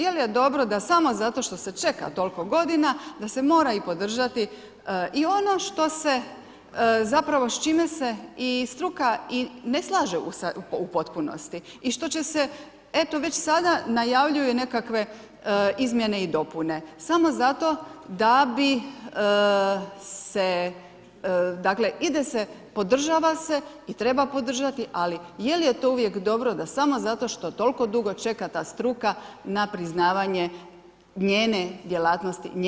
Je li je dobro da samo zato što se čeka toliko godina da se mora i podržati i ono što se, zapravo s čime se i struka i ne slaže u potpunosti i što će se eto već sada najavljuju nekakve izmjene i dopune samo zato da bi se, dakle ide se, podržava se i treba podržati, ali je li je to uvijek dobro da samo zato što toliko dugo čeka ta struka na priznavanje njene djelatnosti, njene struke?